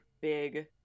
big